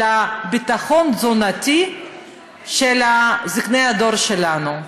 על ביטחון תזונתי לזקני הדור שלנו,